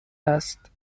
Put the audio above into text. است